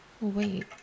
Wait